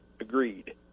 agreed